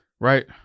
Right